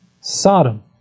Sodom